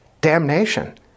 Damnation